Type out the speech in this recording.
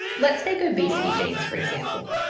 let's take obesity genes for example,